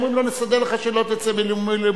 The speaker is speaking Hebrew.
אמרו לו: נסדר לך שלא תצא למילואים.